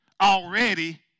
already